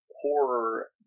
horror